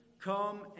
come